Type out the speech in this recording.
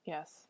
Yes